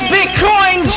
Bitcoin